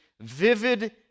vivid